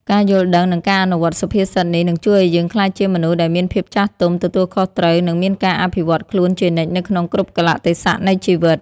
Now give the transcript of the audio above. ការយល់ដឹង និងការអនុវត្តន៍សុភាសិតនេះនឹងជួយឱ្យយើងក្លាយជាមនុស្សដែលមានភាពចាស់ទុំ ទទួលខុសត្រូវ និងមានការអភិវឌ្ឍន៍ខ្លួនជានិច្ចនៅក្នុងគ្រប់កាលៈទេសៈនៃជីវិត។